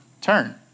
Turn